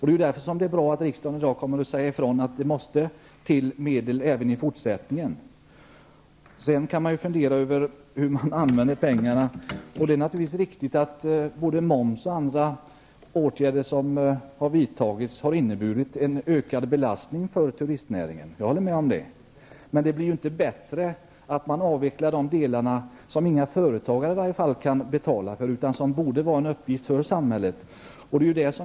Det är därför det är bra att riksdagen i dag säger ifrån att det måste finnas medel även i fortsättningen. Sedan går det att fundera över hur pengarna skall användas. Det är naturligtvis riktigt att både momshöjning och andra åtgärder som har vidtagits har inneburit en ökad belastning för turistnäringen. Jag håller med om det. Men det blir inte bättre om man avvecklar de verksamheter som inte företagare kan betala för utan som borde vara en uppgift för samhället.